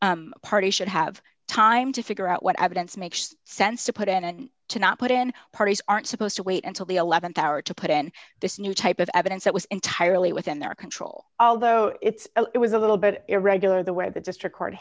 a party should have time to figure out what evidence makes sense to put in and to not put in parties aren't supposed to wait until the th hour to put in this new type of evidence that was entirely within their control although it's it was a little bit irregular the way the district co